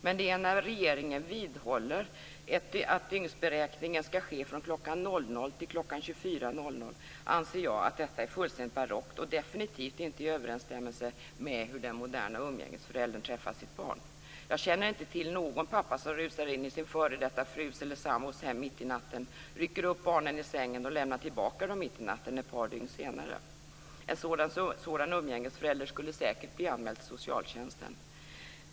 Men när regeringen vidhåller att dygnsberäkningen skall ske från kl. 00.00 till 24.00, anser jag att det är fullständigt barockt och definitivt inte i överensstämmelse med hur den moderna umgängesföräldern träffar sitt barn. Jag känner inte till någon pappa som rusar in i sin före detta frus eller sambos hem mitt i natten, rycker upp barnen ur sängarna och lämnar tillbaka dem mitt i natten ett par dygn senare. En sådan umgängesförälder skulle säkert bli anmäld till socialtjänsten.